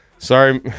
Sorry